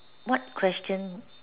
what question